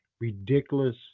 ridiculous